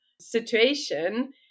situation